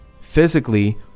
physically